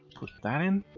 put that in.